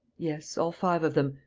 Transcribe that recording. yes, all five of them.